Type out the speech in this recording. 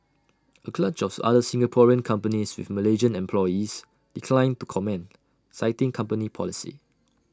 A clutch of other Singaporean companies with Malaysian employees declined to comment citing company policy